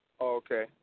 Okay